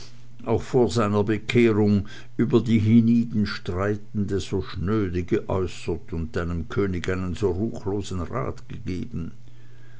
auch vor seiner bekehrung über die hienieden streitende so schnöde geäußert und deinem könig einen so ruchlosen rat gegeben